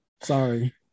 Sorry